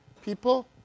people